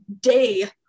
day